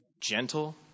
gentle